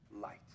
light